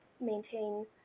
maintain